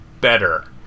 better